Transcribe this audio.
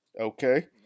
Okay